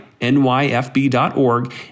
nyfb.org